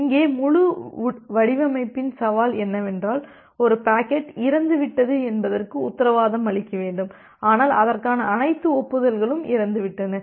இங்கே முழு வடிவமைப்பின் சவால் என்னவென்றால் ஒரு பாக்கெட் இறந்துவிட்டது என்பதற்கு உத்தரவாதம் அளிக்க வேண்டும் ஆனால் அதற்கான அனைத்து ஒப்புதல்களும் இறந்துவிட்டன